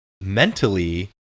mentally